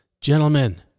gentlemen